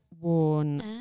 worn